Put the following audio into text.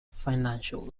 financial